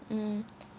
mm